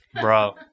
bro